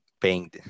paying